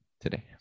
today